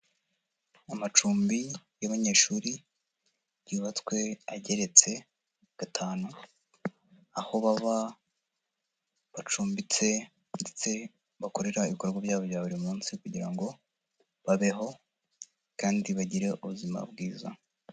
Amacumbi y'abanyeshuri ryubatswe ageretse gatanu, aho baba bacumbitse, ndetse bakorera ibikorwa byabo bya buri munsi kugira ngo babeho kandi bagire ubuzima bwiza.